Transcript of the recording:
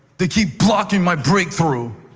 they keep blocking my breakthrough.